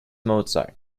mozart